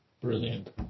Brilliant